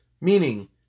meaning